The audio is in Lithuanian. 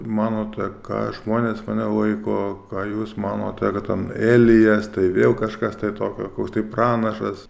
manote ką žmonės mane laiko ką jūs manote kad ten elijas tai vėl kažkas tai tokio koks tai pranašas